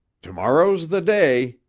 tomorrow's the day,